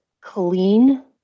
clean